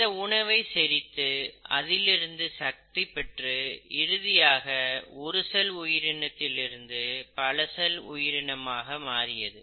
அந்த உணவை செரித்து அதிலிருந்து சக்தி பெற்று இறுதியாக ஒரு செல் உயிரினத்திலிருந்து பல செல் உயிரினமாக மாறியது